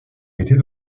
était